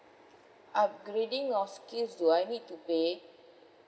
upgrading of skills do I need to pay